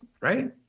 right